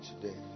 today